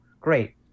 great